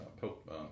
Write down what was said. Pope